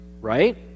right